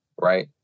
right